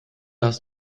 hast